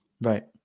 Right